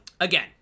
again